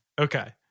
okay